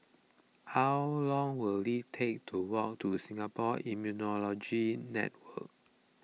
how long will it take to walk to Singapore Immunology Network